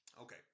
Okay